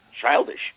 childish